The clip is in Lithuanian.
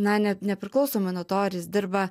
na net nepriklausomai nuo to ar jis dirba